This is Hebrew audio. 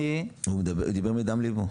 הוא דיבר מדם ליבו.